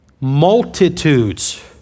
Multitudes